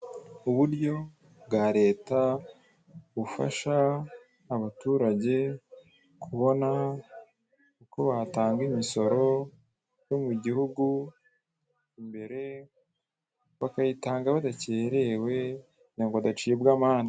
Uburyo bwa Leta, bufasha abaturage kubona uko batanga imisoro yo mu gihugu imbere, bakayitanga badakerewe kugira ngo badacibwa amande.